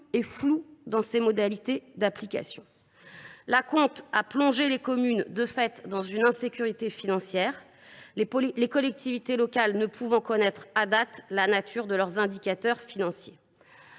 et flou dans ses modalités d’application. L’acompte a plongé les communes dans une insécurité financière de fait, les collectivités locales ne pouvant connaître à date la nature de leurs indicateurs financiers.